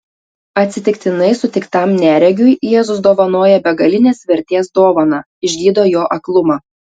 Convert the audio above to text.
atsitiktinai sutiktam neregiui jėzus dovanoja begalinės vertės dovaną išgydo jo aklumą